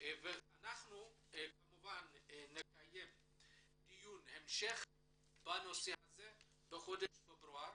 אנחנו נקיים דיון המשך בנושא הזה בחודש פברואר.